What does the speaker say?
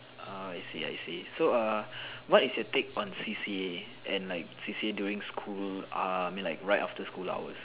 ah I see I see so err what is your take on C_C_A and like C_C_A during school uh I mean like right after school hours